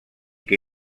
que